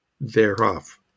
thereof